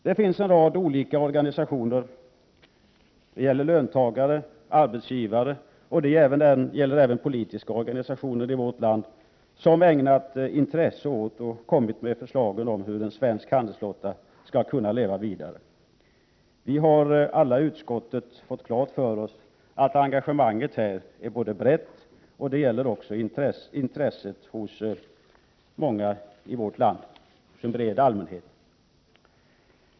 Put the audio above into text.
Det finns en rad olika organisationer — det gäller löntagare, arbetsgivare och även politiska organisationer i vårt land — som har ägnat intresse åt och kommit med förslag om den svenska handelsflottan, så att den skall kunna leva vidare. Vi har alla i utskottet fått klart för oss att engagemanget är brett. Det finns också ett intresse hos en bred allmänhet i vårt land.